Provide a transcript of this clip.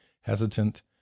hesitant